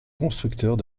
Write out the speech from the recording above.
constructeurs